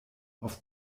auf